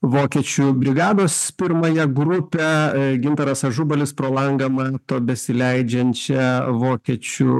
vokiečių brigados pirmąją grupę gintaras ažubalis pro langą mato besileidžiančią vokiečių